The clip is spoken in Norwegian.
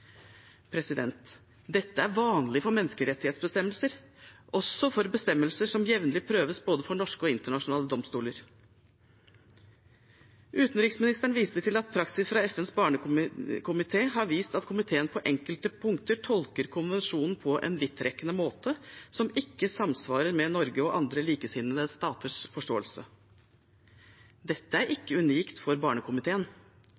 Dette er vanlig for menneskerettighetsbestemmelser, også for bestemmelser som jevnlig prøves for både norske og internasjonale domstoler. Utenriksministeren viser til at praksis fra FNs barnekomité har vist at komiteen på enkelte punkter tolker konvensjonen på en vidtrekkende måte som ikke samsvarer med Norges og andre likesinnede staters forståelse. Dette er